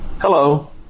Hello